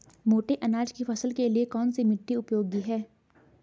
मोटे अनाज की फसल के लिए कौन सी मिट्टी उपयोगी है?